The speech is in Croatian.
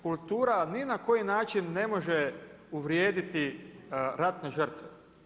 Kultura ni na koji način ne može uvrijediti ratne žrtve.